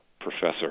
professor